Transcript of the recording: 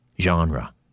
genre